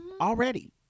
Already